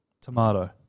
tomato